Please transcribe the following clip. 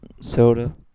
soda